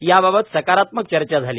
याबाबत सकारात्मक चर्चा झाली